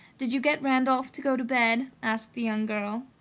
did you get randolph to go to bed? asked the young girl.